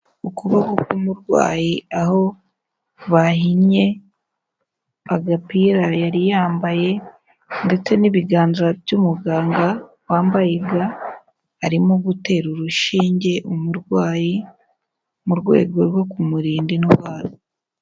Ukuboko k'umurwayi aho bahinnye agapira yari yambaye ndetse n'ibiganza by'umuganga wambaye ga, arimo gutera urushinge umurwayi mu rwego rwo kumurinda indwara.